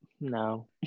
no